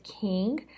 king